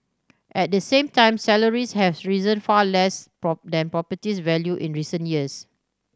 at the same time salaries have risen far less than properties value in recent years